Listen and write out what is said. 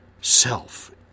self